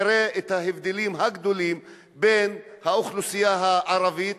תראה את ההבדלים הגדולים בין האוכלוסייה הערבית,